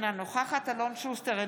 אינה נוכחת אלון שוסטר,